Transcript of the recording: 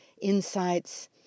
insights